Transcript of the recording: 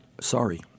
sorry